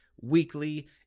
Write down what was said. weekly